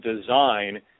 design